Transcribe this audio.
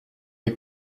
est